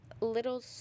little